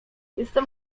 jestem